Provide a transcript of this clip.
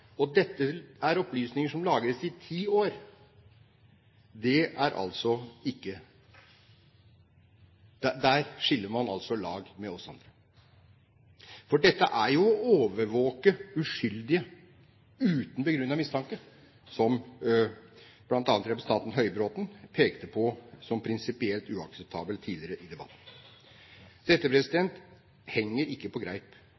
og dette er opplysninger som lagres i ti år – er altså ikke det. Der skiller man altså lag med oss andre. For dette er jo å overvåke uskyldige, uten begrunnet mistanke, som bl.a. representanten Høybråten pekte på som prinsipielt uakseptabelt tidligere i debatten. Dette henger ikke på greip,